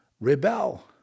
rebel